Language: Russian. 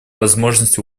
возможность